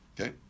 Okay